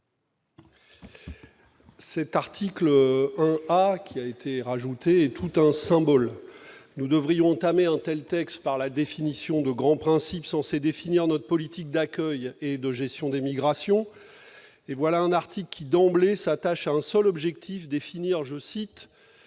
Cet article, introduit en commission, est tout un symbole. Nous devrions entamer un tel texte par la proclamation de grands principes censés définir notre politique d'accueil et de gestion des migrations, et voilà un article qui, d'emblée, s'attache à un seul objectif : définir pour les